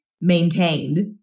maintained